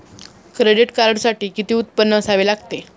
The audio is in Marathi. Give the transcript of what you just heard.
क्रेडिट कार्डसाठी किती उत्पन्न असावे लागते?